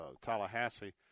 Tallahassee